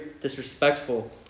disrespectful